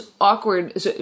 awkward